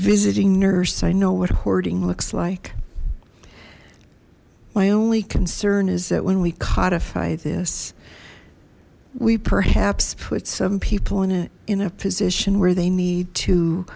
visiting nurse i know what hoarding looks like my only concern is that when we codify this we perhaps put some people in it in a position where they need to